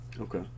Okay